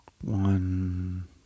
one